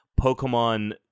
Pokemon